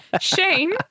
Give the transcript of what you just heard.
Shane